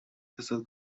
کسل